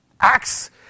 acts